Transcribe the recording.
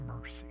Mercy